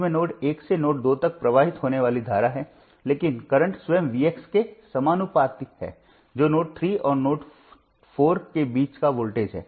इसमें नोड 1 से नोड 2 तक प्रवाहित होने वाली धारा है लेकिन करंट स्वयं Vx के समानुपाती है जो नोड 3 और नोड 4 के बीच का वोल्टेज है